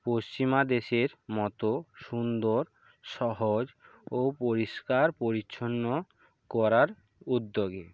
পশ্চিমা দেশের মতো সুন্দর সহজ ও পরিষ্কার পরিচ্ছন্ন করার উদ্যোগে